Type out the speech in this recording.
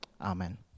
Amen